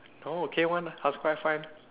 no k one